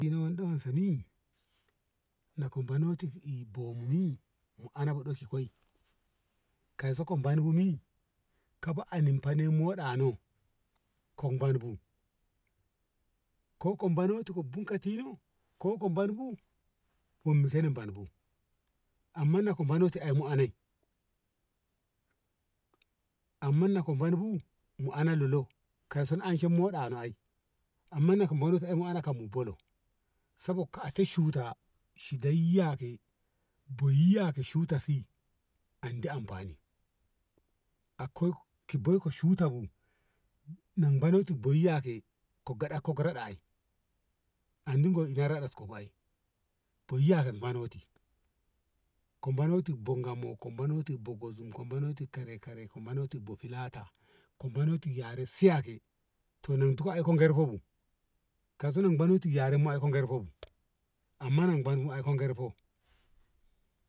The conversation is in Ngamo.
ina wonɗo wen se ni na bonoti ki bom mi muna ɗoki koi kai so ka ban mi kaba anin fa mo ɗa no ko ban bu ko ka bano ka bun ka ti no ko ko ban bu wom bu sen a bom bu amma ko ka ane tu ai mu anei amma yo ka ban bu mu ana lolo kai so na anshe moɗa no ai amma na ban yyan uwa no kom mu bolo sabok ka ati shuta shi dai yake boi yyake shuta si andi amfani akwai ku boiku shuta bu ka gaɗakka bop raɗa ai andi go ina raɗad ko bu ai bo ya ka bonoti ka bonoti boi Ngamo ka bonoti bo ngozum kabono ti bo kare kare ka bono tu bo fulata ka bontu yyare siyake to non tu ai ka gorfo bu kauso ka bonan tu yaren mu ai ka gorfo bu amma na man bu ai ka gorfo